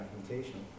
documentation